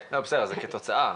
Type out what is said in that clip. זה כתוצאה.